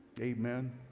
Amen